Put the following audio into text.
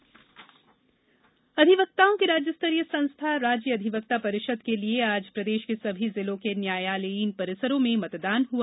अधिवक्ता परिषद चुनाव अधिवक्ताओं की राज्यस्तरीय संस्था राज्य अधिवक्ता परिषद के लिए आज प्रदेष के सभी जिलों के न्यायालयीन परिसरों में मतदान हुआ